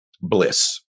bliss